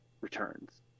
returns